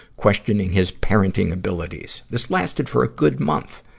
questioning his parenting abilities. this lasted for a good month.